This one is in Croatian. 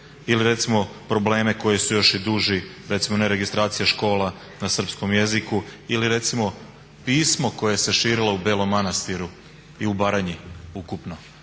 Ili recimo probleme koji su još i duži, recimo neregistracija škola na srpskom jeziku ili recimo pismo koje se širilo u Belom Manastiru i u Baranji ukupno.